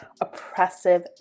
oppressive